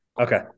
Okay